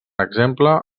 exemple